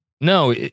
No